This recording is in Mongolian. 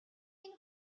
энэ